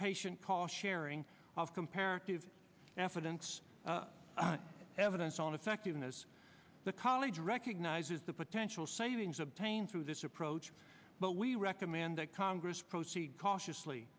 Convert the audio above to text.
patient call sharing of comparative evidence evidence on effectiveness the college recognizes the potential savings obtained through this approach but we recommend that congress proceed cautiously